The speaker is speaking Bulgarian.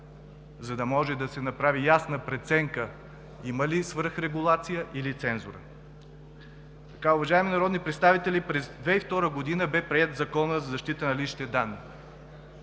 за да може да се направи ясна преценка има ли свръхрегулация или цензура. Уважаеми народни представители, през 2002 г. бе приет Законът за защита на личните данни.